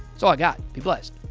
so i got. be blessed.